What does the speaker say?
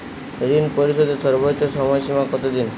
ঋণ পরিশোধের সর্বোচ্চ সময় সীমা কত দিন?